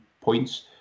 points